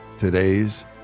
Today's